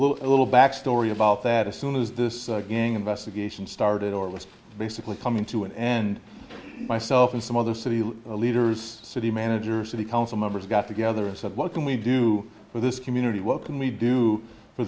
little a little backstory about that as soon as this gang investigation started or was basically coming to an end myself and some other city leaders city manager city council members got together and said what can we do for this community what can we do for